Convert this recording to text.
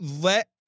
Let